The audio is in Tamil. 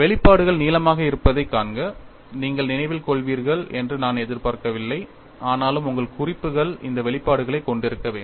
வெளிப்பாடுகள் நீளமாக இருப்பதைக் காண்க நீங்கள் நினைவில் கொள்வீர்கள் என்று நான் எதிர்பார்க்கவில்லை ஆனாலும் உங்கள் குறிப்புகள் இந்த வெளிப்பாடுகளைக் கொண்டிருக்க வேண்டும்